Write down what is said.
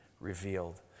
revealed